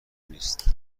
نیست